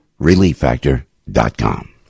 relieffactor.com